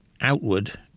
outward